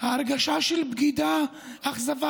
כי זה משרת את הפוליטיקה שלכם.